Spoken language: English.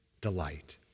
delight